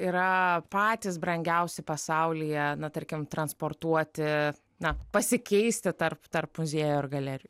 yra patys brangiausi pasaulyje na tarkim transportuoti na pasikeisti tarp tarp muziejų ar galerijų